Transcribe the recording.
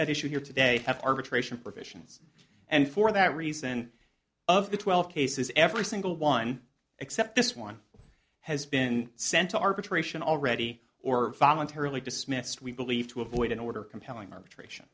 at issue here today have arbitration provisions and for that reason of the twelve cases every single one except this one has been sent to arbitration already or voluntarily dismissed we believe to avoid an order compelling arbitration